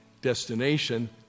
destination